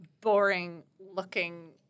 boring-looking